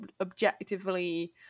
objectively